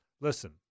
listen